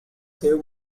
save